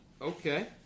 Okay